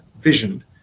vision